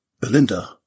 Belinda